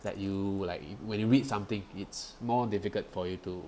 that you like when you read something it's more difficult for you to